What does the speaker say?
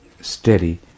steady